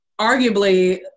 arguably